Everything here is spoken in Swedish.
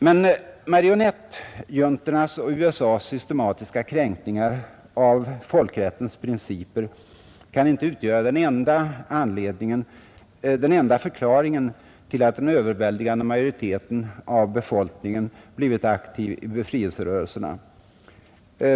Men marionettjuntornas och USA:s systematiska kränkning av folkrättens principer kan inte utgöra den enda förklaringen till att den överväldigande majoriteten av befolkningen blivit aktiv i befrielserörelserna.